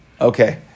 Okay